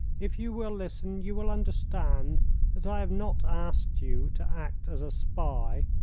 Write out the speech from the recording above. if you will listen you will understand that i have not asked you to act as a spy.